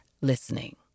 listening